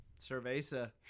Cerveza